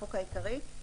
החוק העיקרי),